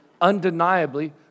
undeniably